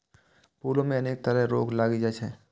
फूलो मे अनेक तरह रोग लागि जाइ छै